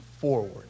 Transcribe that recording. forward